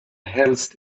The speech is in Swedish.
helst